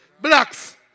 Blacks